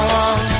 on